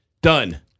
Done